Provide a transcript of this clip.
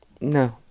no